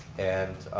and